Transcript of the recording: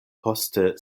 poste